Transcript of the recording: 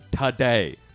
today